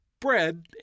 Bread